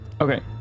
okay